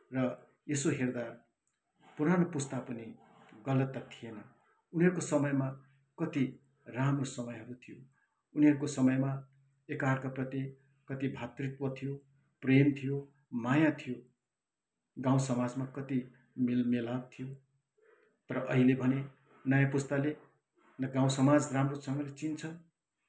र यसो हेर्दा पुरानु पुस्ता पनि गलत त थिएन उनीहरूको समयमा कति राम्रो समयहरू थियो उनीहरूको समयमा एकाअर्का प्रति कति भ्रातित्व थियो प्रेम थियो माया थियो गाउँ समाजमा कति मेलमिलाप थियो तर अहिले भने नयाँ पुस्ताले न गाउँ समाज राम्रोसँगले चिन्छ